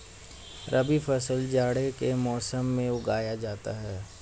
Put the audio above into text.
रबी फसल जाड़े के मौसम में उगाया जाता है